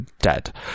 Dead